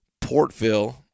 Portville